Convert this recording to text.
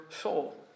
soul